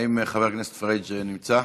האם חבר הכנסת פריג' נמצא?